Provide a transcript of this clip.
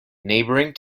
neighbouring